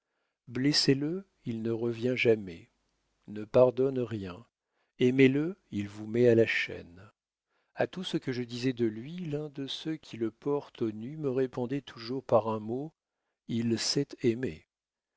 monstrueuses blessez le il ne revient jamais ne pardonne rien aimez-le il vous met à la chaîne a tout ce que je disais de lui l'un de ceux qui le portent aux nues me répondait toujours par un mot il sait aimer